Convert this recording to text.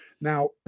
now